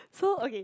so okay